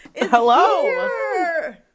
Hello